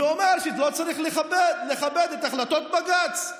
ואומר שלא צריך לכבד את החלטות בג"ץ.